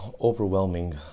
overwhelming